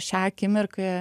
šią akimirką